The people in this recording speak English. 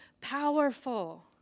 powerful